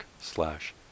slash